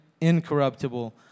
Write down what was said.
Incorruptible